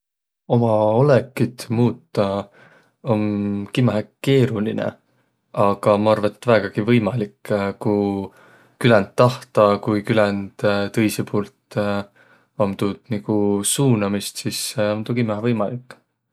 Uma olõkit muutaq om kimmähe keerolinõ. Aga maq arva, et väegagi võimalik, ku tahtaq, ku küländ tõisi puult om tuud nigu suunamist, sis om tuu kimmähe võimalik.